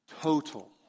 total